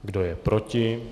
Kdo je proti?